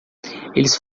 eles